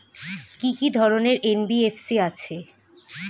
কি কি ধরনের এন.বি.এফ.সি আছে?